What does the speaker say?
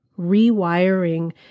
rewiring